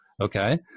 Okay